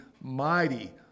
mighty